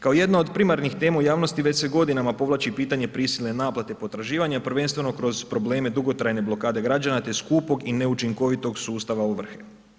Kao jedno od primarnih tema u javnosti već se godinama povlači pitanje prisilne naplate potraživanja, prvenstveno kroz probleme dugotrajne blokade građana, te skupog i neučinkovitog sustava ovrhe.